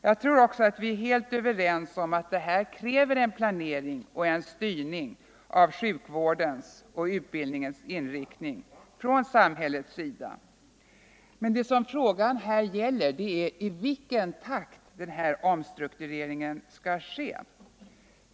Jag tror också att vi är helt överens om att detta kräver en planering och en styrning av sjukvårdens och utbildningens inriktning från samhällets sida. Men frågan gäller i vilket takt den här omstruktureringen skall ske.